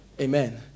Amen